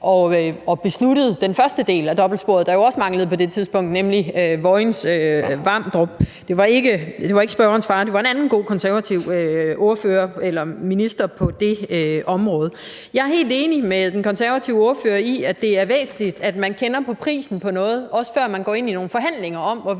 besluttede den første del af dobbeltsporet, der jo også manglede på det tidspunkt, nemlig Vojens-Vamdrup. Det var ikke spørgerens far, men en anden god konservativ, der var minister på det område. Jeg er helt enig med den konservative ordfører i, at det er væsentligt, at man kender prisen på noget, også før man går ind i nogle forhandlinger om, hvorvidt